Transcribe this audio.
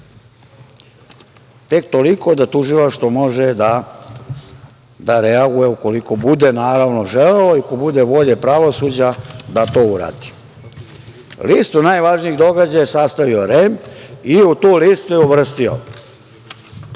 Tek toliko da tužilaštvo može da reaguje, ukoliko bude, naravno, želelo i ako bude volje pravosuđa da to uradi. Listu najvažnijih događaja sastavio je REM i u tu listu je uvrstio